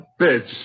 bitch